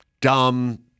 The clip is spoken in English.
dumb